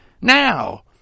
Now